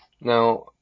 Now